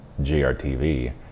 GRTV